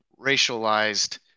racialized